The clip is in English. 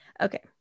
okay